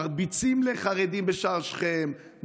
מרביצים לחרדים בשער שכם,